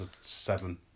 seven